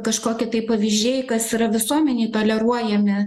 kažkoki tai pavyzdžiai kas yra visuomenėj toleruojami